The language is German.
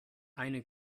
eine